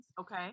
Okay